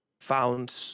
found